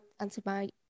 antibiotics